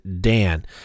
Dan